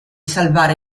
salvare